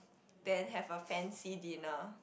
then have a fancy dinner